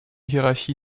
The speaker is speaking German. hierarchie